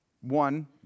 One